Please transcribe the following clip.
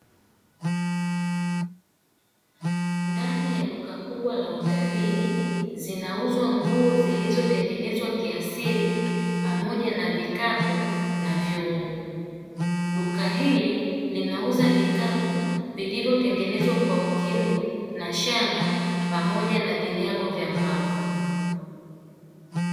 Ndani ya duka kubwa la kiutalii zinauzwa nguo zilizotengenezwa kiasili, pamoja na vikapu na vyungu. Duka hili linauza vikapu vilivyotengenezwa kwa ukindu na shanga, pamoja na vinyago vya mbao .